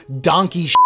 donkey